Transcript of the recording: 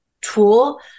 tool